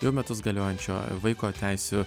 jau metus galiojančio vaiko teisių